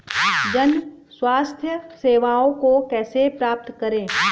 जन स्वास्थ्य सेवाओं को कैसे प्राप्त करें?